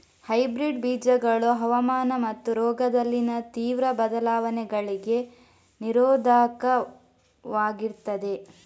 hybrid ಬೀಜಗಳು ಹವಾಮಾನ ಮತ್ತು ರೋಗದಲ್ಲಿನ ತೀವ್ರ ಬದಲಾವಣೆಗಳಿಗೆ ನಿರೋಧಕವಾಗಿರ್ತದೆ